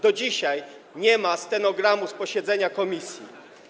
Do dzisiaj nie ma stenogramu z posiedzenia komisji.